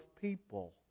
people